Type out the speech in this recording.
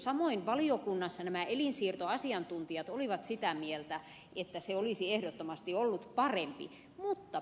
samoin valiokunnassa elinsiirtoasiantuntijat olivat sitä mieltä että se olisi ehdottomasti ollut parempi